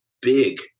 big